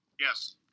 Yes